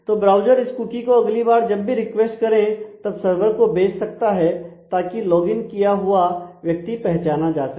तो ब्राउज़र इस कुकी को अगली बार जब भी रिक्वेस्ट करें तब सर्वर को भेज सकता है ताकि लॉगइन किया हुआ व्यक्ति पहचाना जा सके